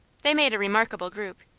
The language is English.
they made a remarkable group.